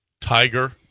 Tiger